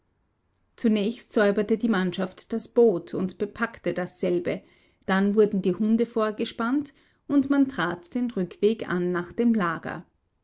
zunächst säuberte die mannschaft das boot und bepackte dasselbe dann wurden die hunde vorgespannt und man trat den rückweg an nach dem lager